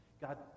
God